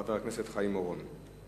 חבר הכנסת חיים אורון.